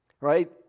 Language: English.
Right